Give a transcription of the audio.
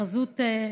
בחזות,